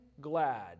glad